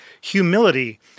Humility